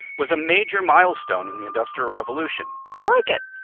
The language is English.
was a major milestone in the industrial revolution i like it.